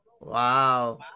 Wow